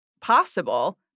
possible